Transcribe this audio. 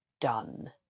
done